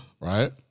right